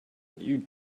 you